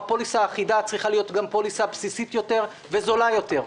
והפוליסה האחידה צריכה להיות פוליסה בסיסית יותר וזולה יותר,